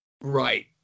right